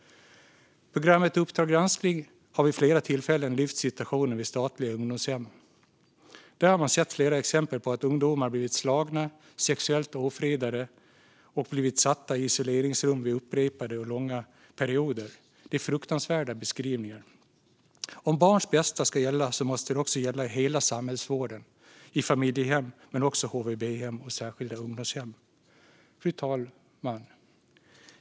Programmet Uppdrag g ranskning har vid flera tillfällen lyft fram situationen på statliga ungdomshem. Där har man sett flera exempel på att ungdomar blivit slagna, sexuellt ofredade och satta i isoleringsrum upprepade gånger och långa perioder. Det är fruktansvärda beskrivningar. Om barns bästa ska gälla måste det också gälla i hela samhällsvården, i familjehem men också på HVB-hem och särskilda ungdomshem. Fru talman!